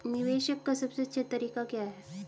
निवेश का सबसे अच्छा तरीका क्या है?